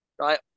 right